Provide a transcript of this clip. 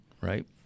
right